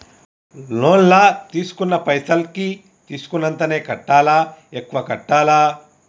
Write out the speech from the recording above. Loan లా తీస్కున్న పైసల్ కి తీస్కున్నంతనే కట్టాలా? ఎక్కువ కట్టాలా?